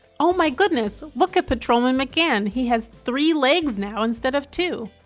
on my goodness look at patrolman mcgann, he has three legs now instead of two.